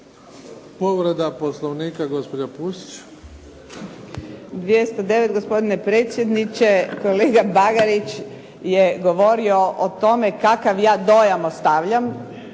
Povreda Poslovnika gospođa Pusić. **Pusić, Vesna (HNS)** 209. gospodine predsjedniče, kolega Bagarić je govorio o tome kakav ja dojam ostavljam,